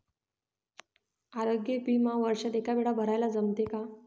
आरोग्य बिमा वर्षात एकवेळा भराले जमते का?